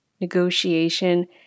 negotiation